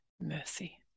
mercy